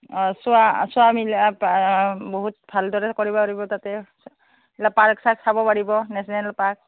অঁ চোৱা চোৱা মিলা বহুত ভালদৰে কৰিব পাৰিব তাতে পাৰ্ক চাৰ্ক চাব পাৰিব নেশ্যনেল পাৰ্ক